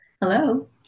Hello